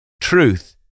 Truth